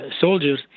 soldiers